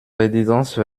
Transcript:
résidence